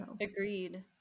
Agreed